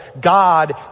god